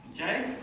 Okay